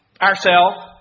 Ourself